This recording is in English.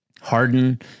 Harden